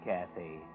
Kathy